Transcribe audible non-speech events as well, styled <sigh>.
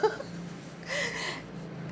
<laughs>